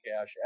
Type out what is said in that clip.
cash